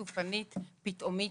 סופנית, פתאומית.